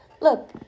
Look